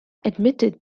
admitted